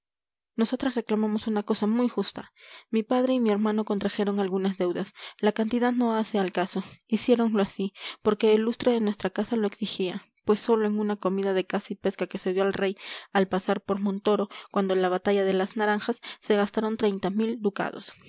nosotras reclamamos una cosa muy justa mi padre y mi hermano contrajeron algunas deudas la cantidad no hace al caso hiciéronlo así porque el lustre de nuestra casa lo exigía pues sólo en una comida de caza y pesca que se dio al rey al pasar por montoro cuando la batalla de las naranjas se gastaron treinta mil ducados